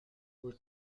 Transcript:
were